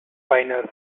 finals